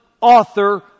author